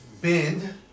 bend